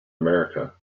america